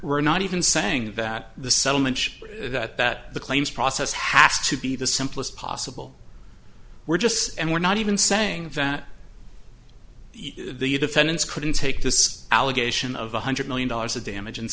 we're not even saying that the settlement that that the claims process has to be the simplest possible were just and we're not even saying that the defendants couldn't take this allegation of one hundred million dollars of damage and